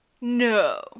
No